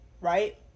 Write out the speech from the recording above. right